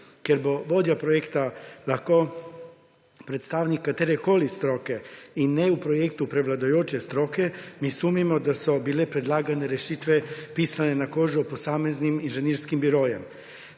Ker bo vodja projekta lahko predstavnik katerekoli stroke in ne v projektu prevladujoče stroke, mi sumimo, da so bile predlagane rešitve pisane na kožo posameznim inženirskim birojem.